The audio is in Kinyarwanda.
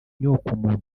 inyokomuntu